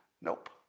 Nope